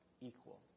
equal